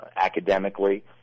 academically